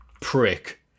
Prick